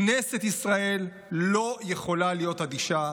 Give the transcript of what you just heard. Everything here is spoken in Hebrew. כנסת ישראל לא יכולה להיות אדישה.